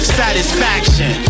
satisfaction